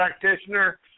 practitioner